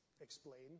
explain